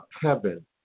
heaven